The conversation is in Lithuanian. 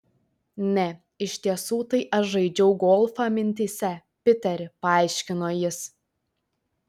ne iš tiesų tai aš žaidžiau golfą mintyse piteri paaiškino jis